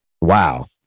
Wow